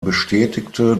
bestätigte